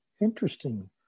interesting